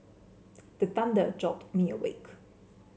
the thunder jolt me awake